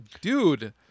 Dude